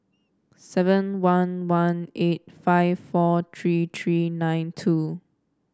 seven one one eight five four three three nine two